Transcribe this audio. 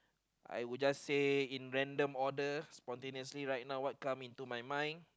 I would just say in random order spontaneously right now what come into my mind